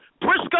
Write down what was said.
Briscoe